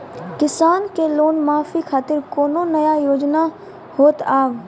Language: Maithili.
किसान के लोन माफी खातिर कोनो नया योजना होत हाव?